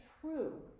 true